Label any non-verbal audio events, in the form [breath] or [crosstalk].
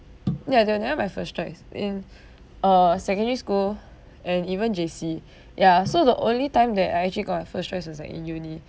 ya they were never my first choice in [breath] uh secondary school [breath] and even J_C [breath] ya so the only time that I actually got my first choice was like in uni